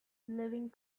living